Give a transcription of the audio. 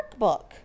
workbook